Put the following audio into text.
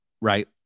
right